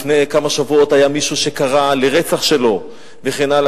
לפני כמה שבועות היה מישהו שקרא לרצח שלו וכן הלאה,